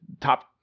top